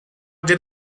did